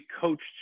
coached